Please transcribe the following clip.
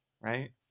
right